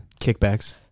kickbacks